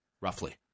roughly